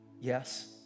Yes